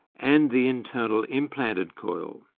and the internal implanted coil,